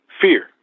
fear